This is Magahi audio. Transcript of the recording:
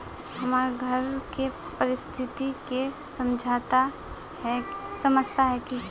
हमर घर के परिस्थिति के समझता है की?